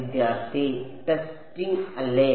വിദ്യാർത്ഥി ടെസ്റ്റിംഗ് അല്ലേ